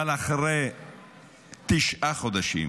אבל אחרי תשעה חודשים